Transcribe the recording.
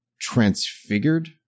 transfigured